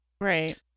Right